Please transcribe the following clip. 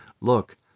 Look